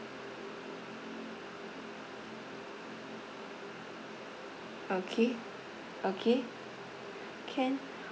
okay okay can